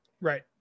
Right